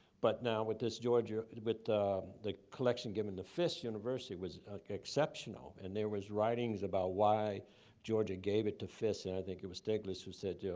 but now with this georgia, with the collection given to fisk university, was exceptional and there was writings about why georgia gave it to fisk. i think it was stieglitz who said, yeah